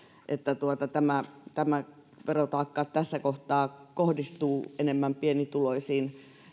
että verotaakka tässä kohtaa kohdistuu enemmän pienituloisiin